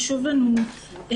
חשוב לנו להדגיש,